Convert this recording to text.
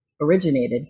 originated